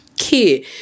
kid